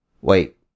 Wait